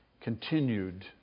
continued